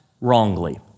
wrongly